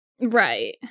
Right